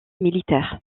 militaire